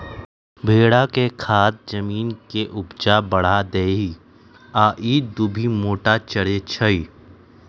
भेड़ा के खाद जमीन के ऊपजा बढ़ा देहइ आ इ दुभि मोथा चरै छइ